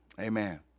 Amen